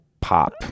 pop